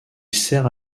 sert